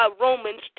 Romans